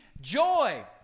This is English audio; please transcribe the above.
joy